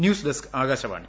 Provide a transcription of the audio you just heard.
news desk Akashvani